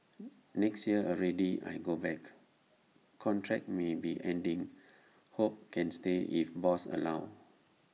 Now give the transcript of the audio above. next year already I got back contract maybe ending hope can stay if boss allow